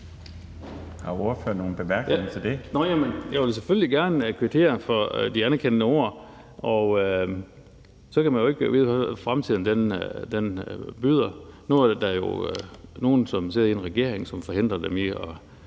Ja. Ordføreren. Kl. 14:22 Per Larsen (KF): Jeg vil selvfølgelig gerne kvittere for de anerkendende ord, og så kan man jo ikke vide, hvad fremtiden bringer. Nu er der jo nogle, som sidder i en regering, som forhindrer dem i at